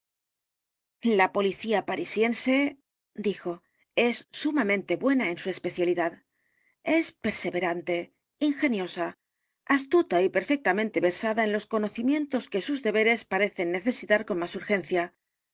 la policía parisiense dijo es sumamente buena en su especialidad e s perseverante ingeniosa astuta y perfectamente versada en los conocimientos que sus deberes parecen necesitar con más urgencia así